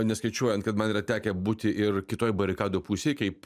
neskaičiuojant kad man yra tekę būti ir kitoje barikadų pusėje kaip